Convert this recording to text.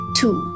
two